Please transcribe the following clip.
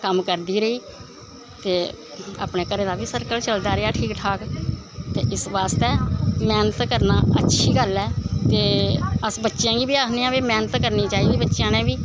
कम्म करदी रेही ते अपने घरै दा बी सर्कल चलदा रेहा ठीक ठाक ते इस बास्तै मैह्नत करनी अच्छी गल्ल ऐ ते अस बच्चेआं गी बी आखने आं भई मैह्नत करनी चाहिदी ऐ बच्चेआं ने बी